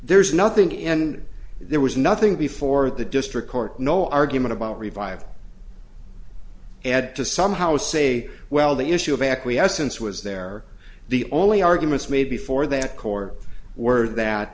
there's nothing and there was nothing before the district court no argument about revive it had to somehow say well the issue of acquiescence was there the only arguments made before that core were that